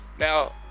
Now